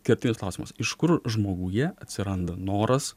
kertinis klausimas iš kur žmoguje atsiranda noras